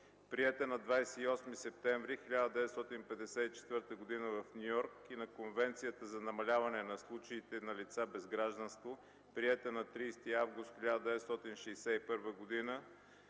приета на 28 септември 1954 г. в Ню Йорк, и на Конвенцията за намаляване на случаите на лица без гражданство, приета на 30 август 1961 г.